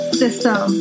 system